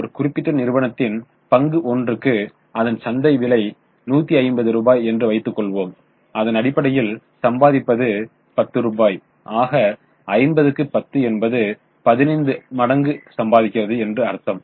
ஒரு குறிப்பிட்ட நிறுவனத்தின் பங்கு ஒன்றுக்கு அதன் சந்தை விலை 150 ரூபாய் என்று வைத்துக் கொள்வோம் அதன் அடிப்படையில் சம்பாதிப்பது 10 ரூபாய் ஆக 50 க்கு 10 என்பது 15 மடங்கு சம்பாதிக்கிறது என்று அர்த்தம்